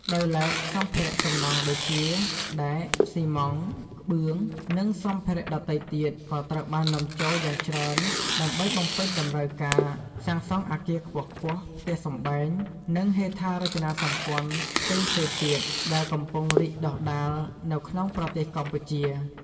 ដោយឡែក សម្ភារៈសំណង់ ដូចជា ដែក ស៊ីម៉ងត៍ ក្បឿង និងសម្ភារៈដទៃទៀតក៏ត្រូវបាននាំចូលយ៉ាងច្រើនដើម្បីបំពេញតម្រូវការសាងសង់អគារខ្ពស់ៗ ផ្ទះសម្បែង និងហេដ្ឋារចនាសម្ព័ន្ធផ្សេងៗទៀត ដែលកំពុងរីកដុះដាលនៅក្នុងប្រទេសកម្ពុជា។